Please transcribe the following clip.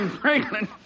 Franklin